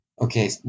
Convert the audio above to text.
Okay